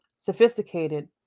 sophisticated